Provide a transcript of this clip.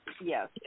Yes